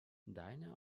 deine